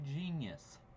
genius